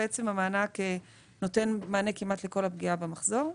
המענק נותן מענה כמעט לכל הפגיעה במחזור.